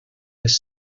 les